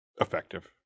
Effective